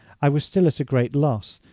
i was still at a great loss,